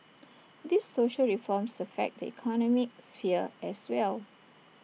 these social reforms affect the economic sphere as well